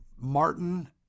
martin